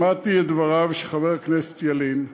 שמעתי את דבריו של חבר הכנסת ילין.